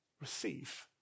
receive